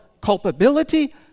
culpability